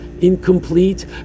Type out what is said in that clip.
incomplete